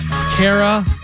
Kara